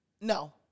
No